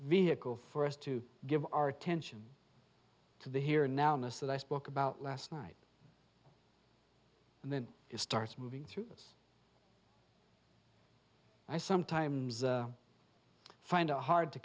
vehicle for us to give our attention to the here now in this that i spoke about last night and then it starts moving through this i sometimes i find a hard to